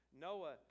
Noah